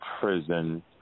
prison